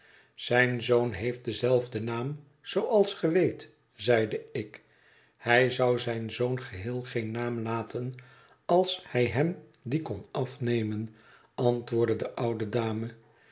zijn zoon heeft denzelfden naam zooals ge weet zeide ik hij zou zijn zoon geheel geen naam laten als hij hem dien kon afnemen antwoordde de oude dame